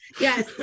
yes